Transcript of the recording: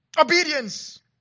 Obedience